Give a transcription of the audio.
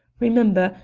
remember,